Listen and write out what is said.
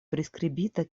priskribita